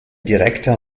direkter